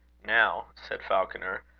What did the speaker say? now, said falconer,